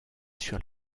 sur